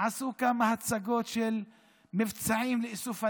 עשו כמה הצגות של מבצעים לאיסוף הנשק.